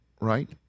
right